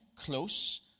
close